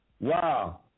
Wow